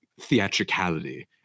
theatricality